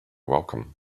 welcome